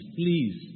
please